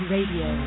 Radio